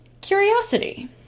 curiosity